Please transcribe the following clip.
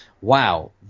wow